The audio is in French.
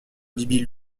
bibi